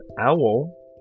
owl